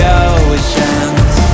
oceans